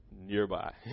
nearby